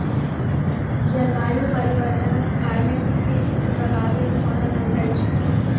जलवायु परिवर्तनक कारणेँ कृषि क्षेत्र प्रभावित भअ रहल अछि